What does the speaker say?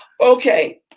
Okay